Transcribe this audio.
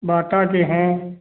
बाटा के हैं